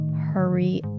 Hurry